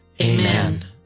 Amen